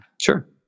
Sure